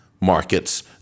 markets